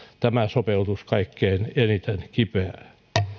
tämä sopeutus kaikkein eniten kipeää